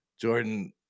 jordan